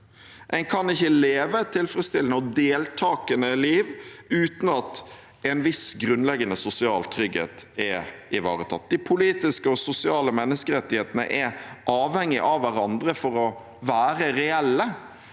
En kan ikke leve et tilfredsstillende og deltakende liv uten at en viss grunnleggende sosial trygghet er ivaretatt. De politiske og sosiale menneskerettighetene er avhengig av hverandre for å være reelle.